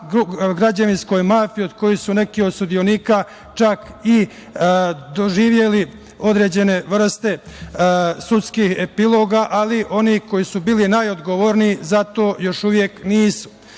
građevinskoj mafiji, od kojih su neki od sudionika čak i doživeli određene vrste sudskih epiloga, ali oni koji su bili najodgovorniji za to još uvek